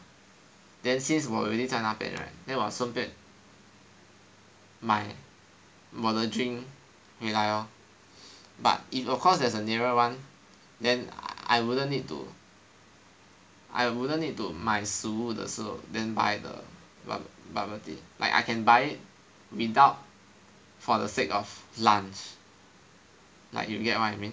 then since 我 already 在那边 right then 顺便买我的 drink 回来 lor but if of course there's a nearer one then I wouldn't need to I wouldn't need to 买食物的时候 then buy the bubble tea like I can buy it without for the sake of lunch like you get what I mean